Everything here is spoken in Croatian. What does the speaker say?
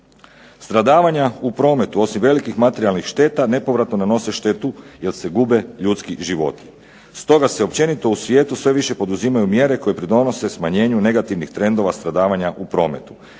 Stradavanja u prometu osim velikih materijalnih šteta nepovratno nanose štetu jer se gube ljudski životi. Stoga se općenito u svijetu sve više poduzimaju mjere koje pridonose smanjenju negativnih trendova stradavanja u prometu.